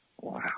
Wow